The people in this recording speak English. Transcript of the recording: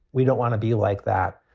we don't want to be like that.